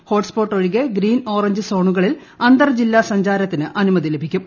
hotspot ഒഴികെ green orange സോണുകളിൽ അന്തർ ജില്ലാ സഞ്ചാരത്തിന് അനുമതി ലഭിക്കും